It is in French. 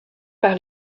par